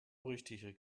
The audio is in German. richtig